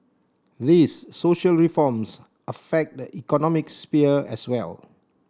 these social reforms affect the economic sphere as well